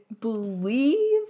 believe